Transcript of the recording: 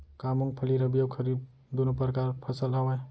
का मूंगफली रबि अऊ खरीफ दूनो परकार फसल आवय?